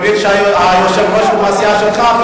אני מבין שהיושב-ראש הוא מהסיעה שלך,